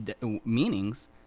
meanings